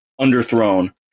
underthrown